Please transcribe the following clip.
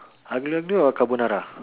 aglio-olio or carbonara